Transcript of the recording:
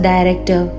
Director